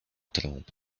trąb